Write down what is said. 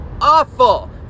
Awful